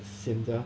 sian sia